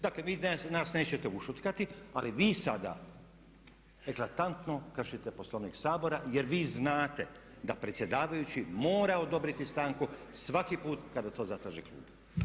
Dakle vi nas nećete ušutkati, ali vi sada eklatantno kršite Poslovnik Sabora jer vi znate da predsjedavajući mora odobriti stanku svaki put kada to zatraži klub.